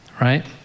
right